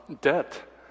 debt